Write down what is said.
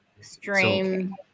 stream